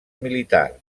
militar